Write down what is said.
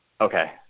Okay